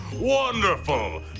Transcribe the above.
wonderful